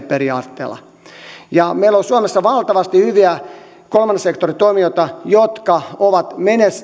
periaatteella meillä on suomessa valtavasti hyviä kolmannen sektorin toimijoita jotka ovat